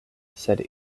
sed